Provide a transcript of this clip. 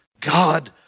God